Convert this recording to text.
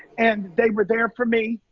and they were there for me.